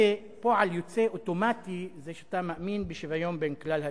פועל יוצא אוטומטי זה שאתה מאמין בשוויון בין כלל האזרחים.